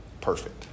perfect